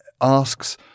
asks